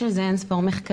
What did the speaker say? יש על כך אין ספור מחקרים.